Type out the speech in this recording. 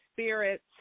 spirits